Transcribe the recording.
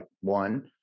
one